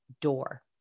door